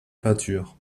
peinture